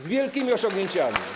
Z wielkimi osiągnięciami.